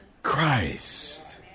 Christ